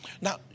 Now